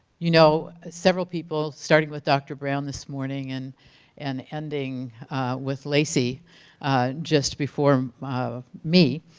you know several people starting with dr. brown this morning and and ending with lacey just before me,